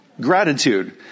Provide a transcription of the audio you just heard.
gratitude